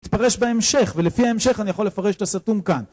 נתפרש בהמשך, ולפי ההמשך אני יכול לפרש את הסרטון כאן